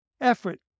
effort